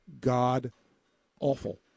god-awful